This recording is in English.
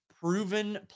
proven